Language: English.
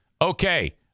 Okay